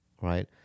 right